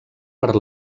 per